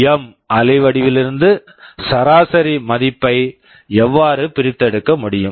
M PWM அலைவடிவிலிருந்து சராசரி மதிப்பை எவ்வாறு பிரித்தெடுக்க முடியும்